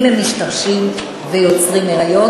אם הן משתרשות ויוצרות היריון,